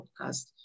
podcast